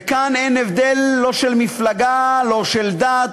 וכאן אין הבדל לא של מפלגה, לא של דת